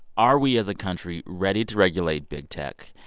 are we as a country ready to regulate big tech?